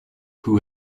who